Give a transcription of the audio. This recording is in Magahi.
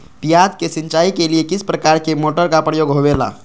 प्याज के सिंचाई के लिए किस प्रकार के मोटर का प्रयोग होवेला?